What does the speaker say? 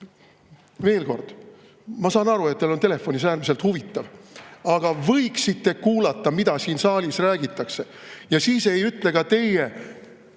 Veel kord: ma saan aru, et teil on telefonis [midagi] äärmiselt huvitavat, aga võiksite kuulata, mida siin saalis räägitakse. Ja siis ei ütle ka teie